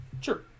Sure